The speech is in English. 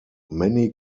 many